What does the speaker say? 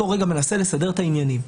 באותו רגע ניסה לסדר את העניינים,